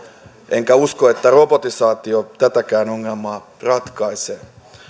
enkä usko että robotisaatio tätäkään ongelmaa ratkaisee